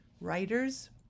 Writers